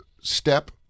step